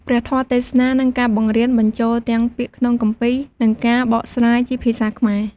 ព្រះធម៌ទេសនា និងការបង្រៀនបញ្ចូលទាំងពាក្យក្នុងគម្ពីរ និងការបកស្រាយជាភាសាខ្មែរ។